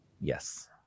Yes